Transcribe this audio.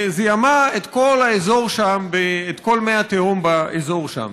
שזיהמה את כל האזור שם, את כל מי התהום באזור שם.